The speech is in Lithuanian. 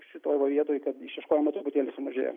šitoj va vietoj kad išieškojimų truputėlį sumažėjo